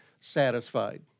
satisfied